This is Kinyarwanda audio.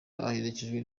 aherekejwe